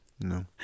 No